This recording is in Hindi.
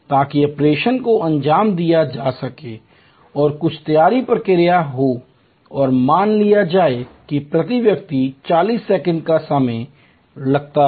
ताकि ऑपरेशन को अंजाम दिया जा सके और कुछ तैयारी प्रक्रिया हो और मान लिया जाए कि प्रति व्यक्ति 40 सेकंड का समय लगता है